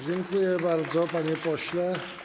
Dziękuję bardzo, panie pośle.